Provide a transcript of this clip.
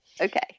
Okay